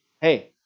hey